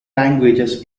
languages